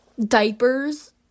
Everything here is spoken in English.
diapers